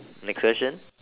next question